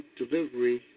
delivery